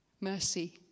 Mercy